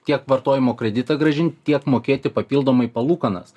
tiek vartojimo kreditą grąžint tiek mokėti papildomai palūkanas